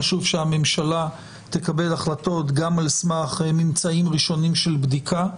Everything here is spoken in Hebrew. חשוב שהממשלה תקבל החלטות גם על סמך ממצאים ראשונים של בדיקה.